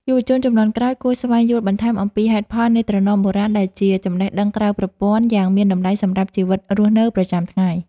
យុវជនជំនាន់ក្រោយគួរស្វែងយល់បន្ថែមអំពីហេតុផលនៃត្រណមបុរាណដែលជាចំណេះដឹងក្រៅប្រព័ន្ធយ៉ាងមានតម្លៃសម្រាប់ជីវិតរស់នៅប្រចាំថ្ងៃ។